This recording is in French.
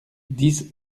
dix